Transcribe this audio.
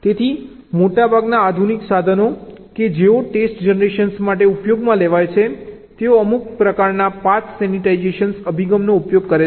તેથી મોટાભાગના આધુનિક સાધનો કે જેઓ ટેસ્ટ જનરેશન માટે ઉપયોગમાં લેવાય છે તેઓ અમુક પ્રકારના પાથ સેનિટાઈઝેશન અભિગમનો ઉપયોગ કરે છે